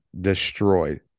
destroyed